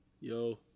Yo